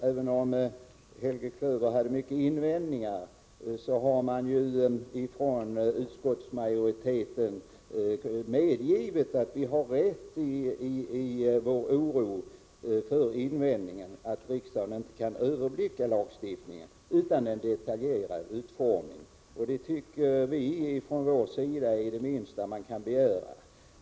Även om Helge Klöver hade många invändningar, har utskottsmajoriteten medgivit att vi har rätt i vår oro för att riksdagen inte kan överblicka lagstiftningen utan en detaljerad utformning. Det tycker vi från vår sida är det minsta man kan begära.